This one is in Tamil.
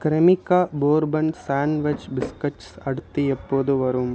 க்ரெமிகா போர்பன் சாண்ட்விச் பிஸ்கட்ஸ் அடுத்து எப்போது வரும்